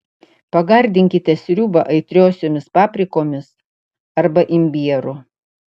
pagardinkite sriubą aitriosiomis paprikomis arba imbieru